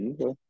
Okay